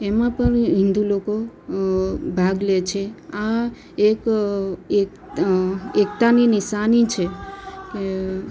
એમાં પણ હિન્દુ લોકો ભાગ લે છે આ એક એકતાની નિશાની છે